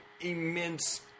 immense